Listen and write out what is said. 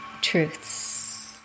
truths